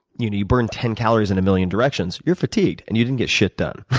you know you burn ten calories in a million directions, you're fatigued and you didn't get shit done.